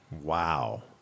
Wow